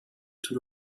tout